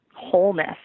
wholeness